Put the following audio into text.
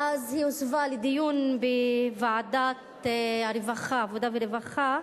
ואז היא הוסבה לנושא לדיון בוועדת העבודה והרווחה,